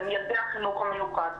הם ילדי החינוך המיוחד.